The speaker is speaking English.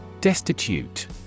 Destitute